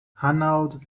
hanaud